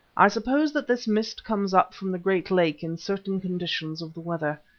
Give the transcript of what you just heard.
i suppose that this mist comes up from the great lake in certain conditions of the weather.